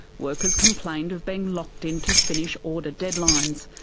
workers complained of being locked in to finish order deadlines.